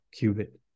qubit